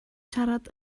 siarad